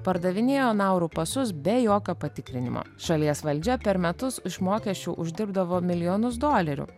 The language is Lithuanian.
pardavinėjo nauru pasus be jokio patikrinimo šalies valdžia per metus iš mokesčių uždirbdavo milijonus dolerių